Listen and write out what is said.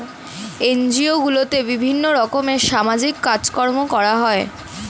NGO গুলোতে বিভিন্ন রকমের সামাজিক কাজকর্ম করা হয়